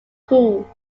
cool